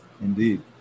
Indeed